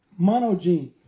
monogene